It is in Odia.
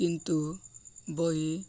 କିନ୍ତୁ ବହି